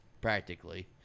practically